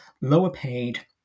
lower-paid